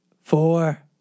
four